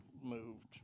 moved